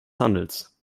handels